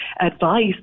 advice